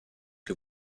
que